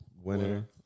Winner